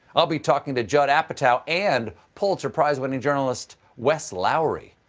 i'll be talking to judd apatow and pulitzer prize-winnng journalist wesley lowery.